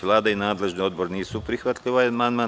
Vlada i nadležni odbor nisu prihvatili ovaj amandman.